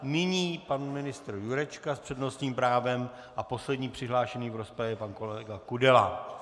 Nyní pan ministr Jurečka s přednostním právem a poslední přihlášený v rozpravě pan kolega Kudela.